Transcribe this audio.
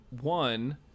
One